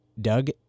Doug